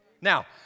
Now